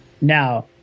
Now